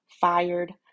fired